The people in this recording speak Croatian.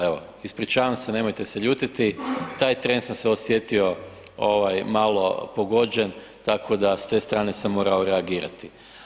Evo, ispričavam se nemojte se ljutiti taj tren sam se osjetio ovaj malo pogođen, tako da s te strane sam morao reagirati.